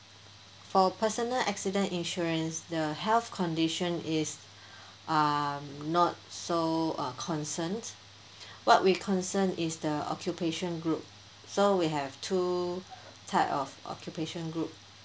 for personal accident insurance the health condition is uh not so uh concerns what we concern is the occupation group so we have two type of occupation group